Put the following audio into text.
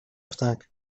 ptak